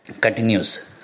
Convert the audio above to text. continues